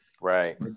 Right